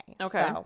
Okay